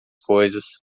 coisas